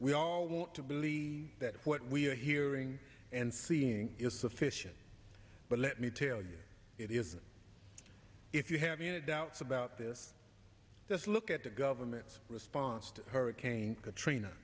we all want to believe that what we are hearing and seeing is sufficient but let me tell you it isn't if you have unit doubts about this just look at the government's response to hurricane katrina